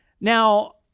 Now